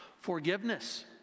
forgiveness